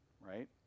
right